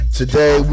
today